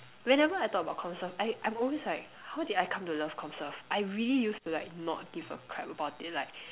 whenever I talk about comm serve I I'm always like how did I come to love comm serve I really used to like not give a crap about it like